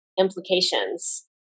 implications